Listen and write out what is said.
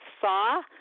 saw